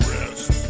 Rest